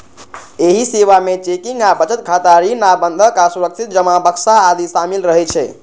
एहि सेवा मे चेकिंग आ बचत खाता, ऋण आ बंधक आ सुरक्षित जमा बक्सा आदि शामिल रहै छै